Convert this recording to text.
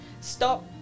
Stop